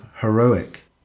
heroic